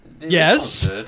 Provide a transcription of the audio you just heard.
Yes